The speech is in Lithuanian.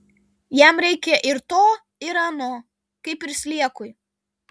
jam reikia ir to ir ano kaip ir sliekui